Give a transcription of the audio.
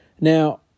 Now